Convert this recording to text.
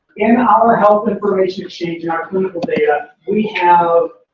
in our health information exchange, in our clinical data, we have.